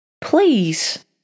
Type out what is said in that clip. Please